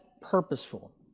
purposeful